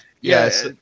Yes